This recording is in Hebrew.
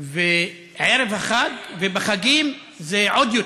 ובערב החג ובחגים זה עוד יותר.